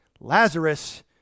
Lazarus